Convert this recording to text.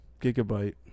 gigabyte